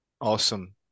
Awesome